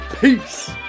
Peace